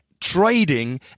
trading